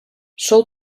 sol